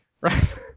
right